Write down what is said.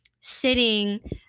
sitting